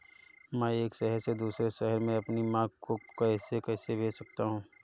मैं एक शहर से दूसरे शहर में अपनी माँ को पैसे कैसे भेज सकता हूँ?